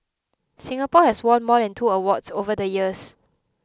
Singapore has won more than two awards over the years